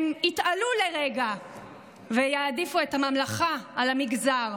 יתעלו לרגע ויעדיפו את הממלכה על המגזר,